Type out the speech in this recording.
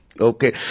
Okay